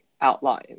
outline